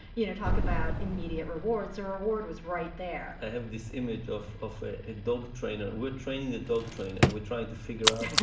you know, talk about immediate rewards or award was right there i have this image of of a dog trainer with training the dog trainer. we're trying to figure out